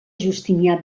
justinià